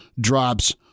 drops